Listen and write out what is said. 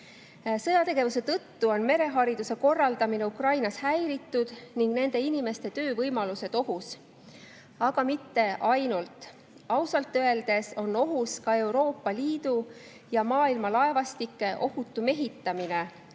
Sõjategevuse tõttu on merehariduse korraldamine Ukrainas häiritud ning nende inimeste töövõimalused ohus. Aga mitte ainult. Ausalt öeldes on ohus ka Euroopa Liidu ja maailma laevastike ohutu mehitamine, sest